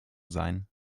sein